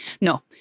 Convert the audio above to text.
No